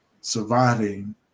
Surviving